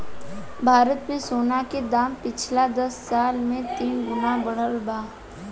भारत मे सोना के दाम पिछला दस साल मे तीन गुना बढ़ल बा